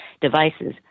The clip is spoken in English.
devices